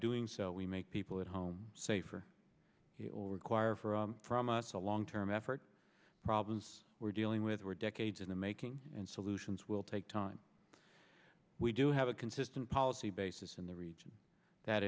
doing so we make people at home safer it will require for a promise a long term effort problems we're dealing with we're decades in the making and solutions will take time we do have a consistent policy basis in the region that